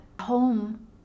home